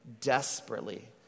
desperately